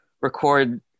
record